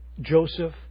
Joseph